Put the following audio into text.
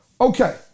Okay